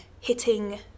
hitting